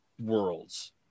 worlds